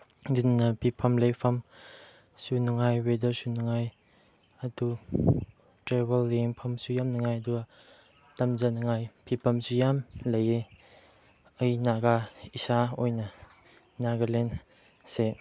ꯄꯤꯐꯝ ꯂꯩꯐꯝꯁꯨ ꯅꯨꯡꯉꯥꯏ ꯋꯦꯗꯔꯁꯨ ꯅꯨꯡꯉꯥꯏ ꯑꯗꯨ ꯇ꯭ꯔꯦꯕꯦꯜ ꯌꯦꯡꯐꯝꯁꯨ ꯌꯥꯝ ꯅꯨꯡꯉꯥꯏ ꯑꯗꯨꯒ ꯇꯝꯖꯅꯤꯡꯉꯥꯏ ꯐꯤꯕꯝꯁꯨ ꯌꯥꯝ ꯂꯩꯌꯦ ꯑꯩ ꯅꯥꯒꯥ ꯏꯁꯥ ꯑꯣꯏꯅ ꯅꯥꯒꯥꯂꯦꯟꯁꯦ